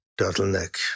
turtleneck